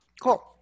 Cool